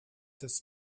this